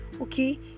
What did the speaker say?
okay